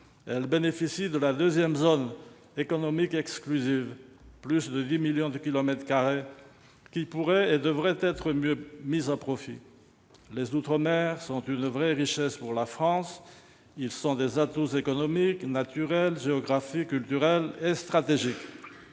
elle bénéficie de la deuxième zone économique exclusive : plus de 10 millions de kilomètres carrés qui pourraient et devraient être mieux mis à profit. Les outre-mer sont une vraie richesse pour la France ; ils sont des atouts économiques, naturels, géographiques, culturels et stratégiques.